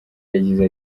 yagize